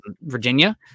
Virginia